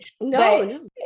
No